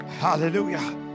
Hallelujah